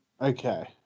Okay